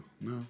No